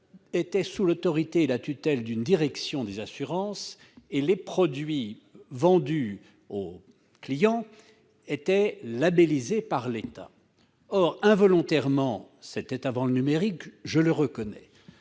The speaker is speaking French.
était sous l'autorité et la tutelle d'une direction des assurances. Les produits vendus aux clients étaient labellisés par l'État. Or, involontairement- c'était avant le numérique, je le reconnais